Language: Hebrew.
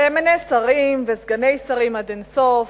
וימנה שרים וסגני שרים עד אין-סוף,